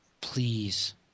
please